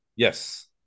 Yes